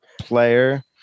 player